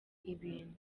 ibintu